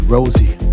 Rosie